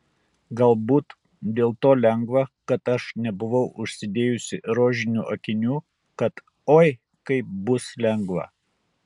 galbūt dėl to lengva kad aš nebuvau užsidėjusi rožinių akinių kad oi kaip bus lengva